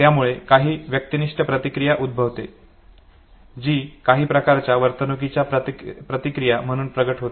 यामुळे काही व्यक्तिनिष्ठ प्रतिक्रिया उद्भवते जी काही प्रकारच्या वर्तणुकीच्या प्रतिक्रिया म्हणून प्रकट होते